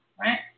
right